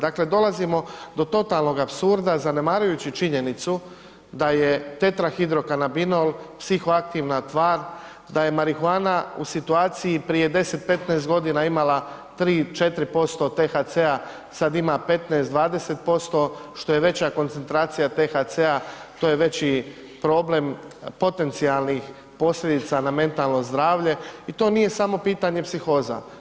Dakle, dolazimo do totalnog apsurda zanemarujući činjenicu da je tetrahidrokanabinol psihoaktivna tvar, da je marihuana u situaciji prije 10-15.g. imala 3-4% THC-a, sad ima 15-20%, što je veća koncentracija THC-a to je veći problem potencijalnih posljedica na mentalno zdravlje i to nije samo pitanje psihoza.